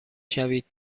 شوید